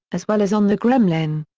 as well as on the gremlin.